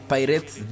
Pirates